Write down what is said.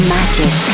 Magic